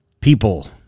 people